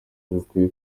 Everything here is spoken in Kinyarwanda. bikwiye